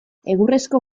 egurrezko